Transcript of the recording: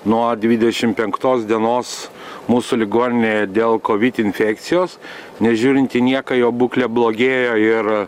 nuo dvidešim penktos dienos mūsų ligoninėje dėl kovid infekcijos nežiūrint į nieką jo būklė blogėjo ir